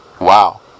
Wow